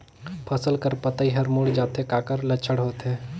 फसल कर पतइ हर मुड़ जाथे काकर लक्षण होथे?